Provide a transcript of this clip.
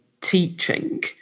teaching